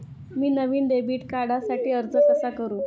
मी नवीन डेबिट कार्डसाठी अर्ज कसा करू?